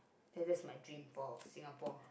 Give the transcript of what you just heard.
ya that's my dream for Singapore